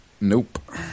Nope